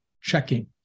checking